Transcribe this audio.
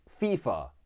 FIFA